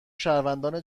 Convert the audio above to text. شهروندان